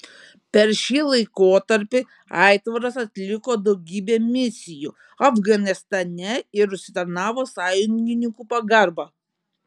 per šį laikotarpį aitvaras atliko daugybę misijų afganistane ir užsitarnavo sąjungininkų pagarbą